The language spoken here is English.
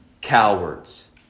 Cowards